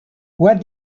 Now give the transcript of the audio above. what